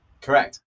correct